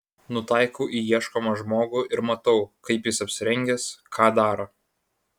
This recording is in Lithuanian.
nutaikau į ieškomą žmogų ir matau kaip jis apsirengęs ką daro